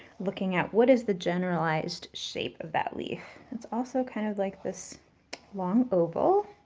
looking at what is the generalized shape of that leaf? it's also kind of like this long oval